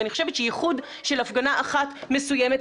אני חושבת שייחוד של הפגנה אחת מסוימת,